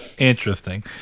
interesting